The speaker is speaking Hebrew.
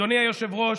אדוני היושב-ראש,